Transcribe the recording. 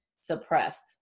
suppressed